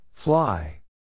Fly